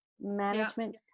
management